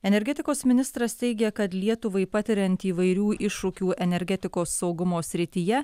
energetikos ministras teigia kad lietuvai patiriant įvairių iššūkių energetikos saugumo srityje